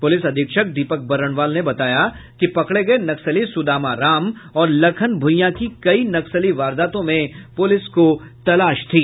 police अधीक्षक दीपक बरनवाल ने बताया कि पकड़े गये नक्सली सुदामा राम और लखन भूइंया की कई नक्सली वारदातों में पुलिस को तलाश थी